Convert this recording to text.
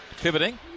Pivoting